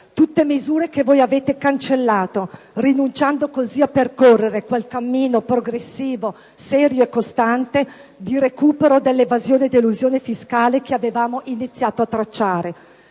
Tutte misure che voi avete cancellato, rinunciando così a percorrere quel cammino progressivo, serio e costante di recupero dell'evasione ed elusione fiscale che avevamo iniziato a tracciare.